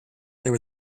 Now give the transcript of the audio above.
there